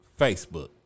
Facebook